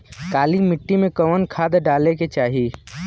काली मिट्टी में कवन खाद डाले के चाही?